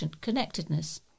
connectedness